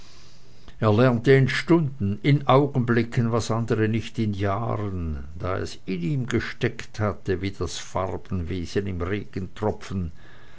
stunden in augenblicken was andere nicht in jahren da es in ihm gesteckt hatte wie das farbenwesen im regentropfen